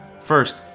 First